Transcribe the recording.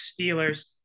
Steelers